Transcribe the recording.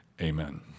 Amen